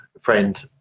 friend